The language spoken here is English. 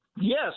Yes